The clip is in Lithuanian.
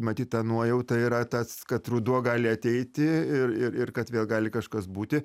matyt ta nuojauta yra tas kad ruduo gali ateiti ir ir ir kad vėl gali kažkas būti